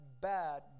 bad